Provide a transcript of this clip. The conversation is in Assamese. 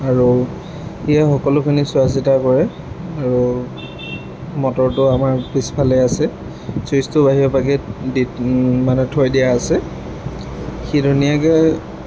আৰু সিয়ে সকলোখিনি চোৱা চিতা কৰে আৰু মটৰটো আমাৰ পিছফালেই আছে ছুইচটো বাহিৰৰ পাকে দি মানে থৈ দিয়া আছে সি ধুনীয়াকৈ